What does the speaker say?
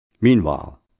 Meanwhile